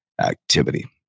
activity